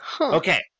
Okay